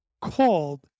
called